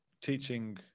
teaching